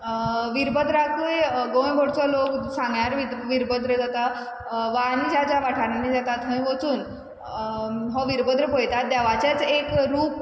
वीरभद्राकय गोंयभर लोक सांग्यार वीरभद्र जाता वा आनी ज्या ज्या वाठारांनी जाता थंय वसून हो वीरभद्र पयतात देवाचेच एक रूप